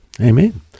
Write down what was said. Amen